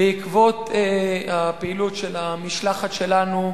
בעקבות הפעילות של המשלחת שלנו,